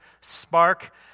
spark